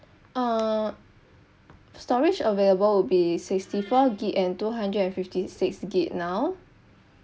uh storage available would be sixty four gig and two hundred and fifty six gig now